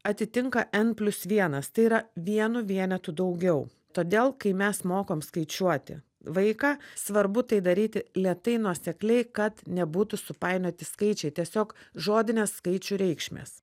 atitinka n plius vienas tai yra vienu vienetu daugiau todėl kai mes mokom skaičiuoti vaiką svarbu tai daryti lėtai nuosekliai kad nebūtų supainioti skaičiai tiesiog žodinės skaičių reikšmės